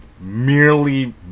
merely